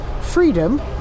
freedom